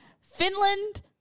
Finland